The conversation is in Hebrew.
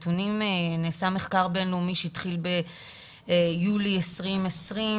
נעשה מחקר בין לאומי שהתחיל ביולי 2020,